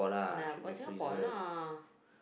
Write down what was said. ah about Singapore lah